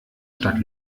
stadt